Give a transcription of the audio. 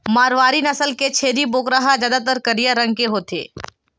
मारवारी नसल के छेरी बोकरा ह जादातर करिया रंग के होथे